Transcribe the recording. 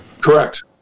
Correct